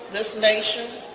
this nation,